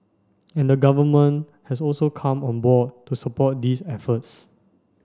and the Government has also come on board to support these efforts